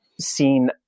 seen